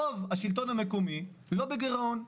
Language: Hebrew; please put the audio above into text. רוב השלטון המקומי לא בגירעון.